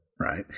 right